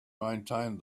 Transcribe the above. maintained